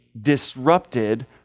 disrupted